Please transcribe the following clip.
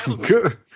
good